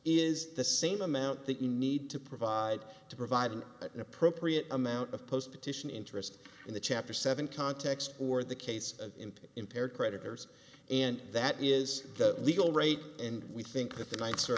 is the same amount that you need to provide to provide an appropriate amount of post petition interest in the chapter seven context or the case of impaired creditors and that is the legal rate and we think that the ni